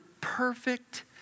perfect